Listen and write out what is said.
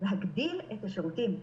להגדיל את השירותים,